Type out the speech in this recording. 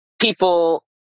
People